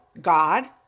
God